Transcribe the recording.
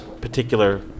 particular